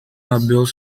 labeur